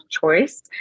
choice